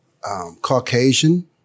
Caucasian